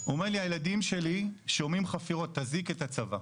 הוא אומר לי 'הילדים שלי שומעים חפירות תזעיק את הצבא'.